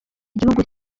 igihugu